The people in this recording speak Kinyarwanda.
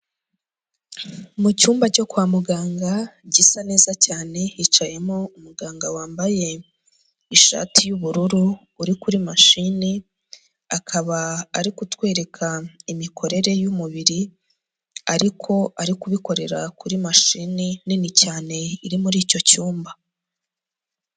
Mu cyumba cyo kwa muganga gisa neza cyane, hicayemo umuganga wambaye ishati y'ubururu, uri kuri mashine, akaba ari kutwereka imikorere y'umubiri ariko ari kubikorera kuri mashini nini cyane iri muri icyo cyumba.